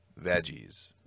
veggies